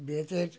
বেতের